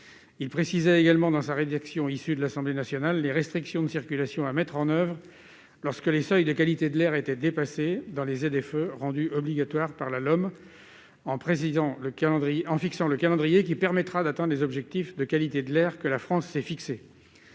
Il précise également, dans sa rédaction issue de l'Assemblée nationale, les restrictions de circulation à mettre en oeuvre lorsque les seuils de qualité de l'air sont dépassés dans les ZFE rendues obligatoires par la LOM, en fixant le calendrier qui permettra d'atteindre les objectifs de qualité de l'air que la France s'est fixés.